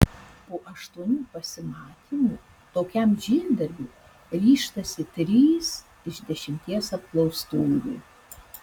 po aštuonių pasimatymų tokiam žygdarbiui ryžtasi trys iš dešimties apklaustųjų